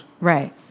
Right